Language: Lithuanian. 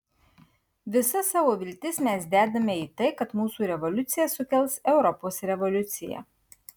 visas savo viltis mes dedame į tai kad mūsų revoliucija sukels europos revoliuciją